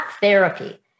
therapy